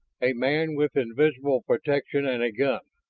a man with invisible protection and a gun,